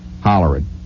hollering